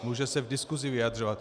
Může se v diskusi vyjadřovat.